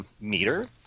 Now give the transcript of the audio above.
meter